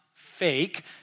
Fake